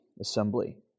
assembly